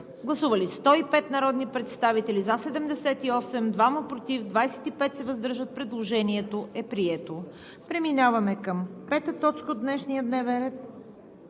Гласували 105 народни представители: за 78, против 2, въздържали се 25. Предложението е прието. Преминаваме към пета точка от днешния дневен ред: